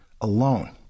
alone